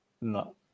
No